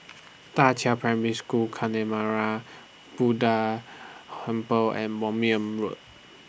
DA Qiao Primary School Buddha Humble and Moulmein Road